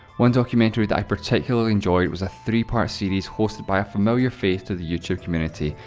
one documentary that i particularly enjoyed, was a three part series hosted by a familiar face to the youtube community,